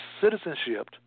citizenship